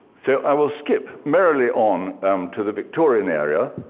so i will skip merrily on to the victorian area